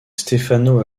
stefano